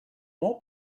more